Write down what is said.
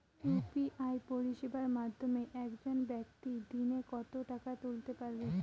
UPI পরিষেবার মাধ্যমে একজন ব্যাক্তি দিনে কত টাকা তুলতে পারবে?